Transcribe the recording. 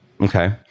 Okay